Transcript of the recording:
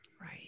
Right